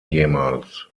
jemals